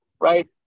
right